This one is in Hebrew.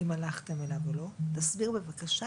אם הלכתם אליו או לא, תסביר לנו בבקשה